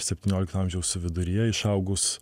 septyniolikto amžiaus viduryje išaugus